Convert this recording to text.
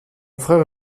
frère